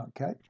Okay